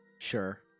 Sure